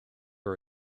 are